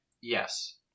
Yes